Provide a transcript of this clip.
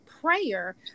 prayer